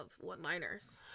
one-liners